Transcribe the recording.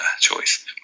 choice